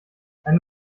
eine